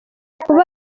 kuba